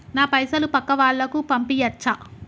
నా పైసలు పక్కా వాళ్ళకు పంపియాచ్చా?